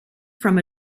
from